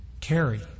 carry